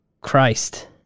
Christ